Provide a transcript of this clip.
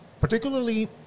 Particularly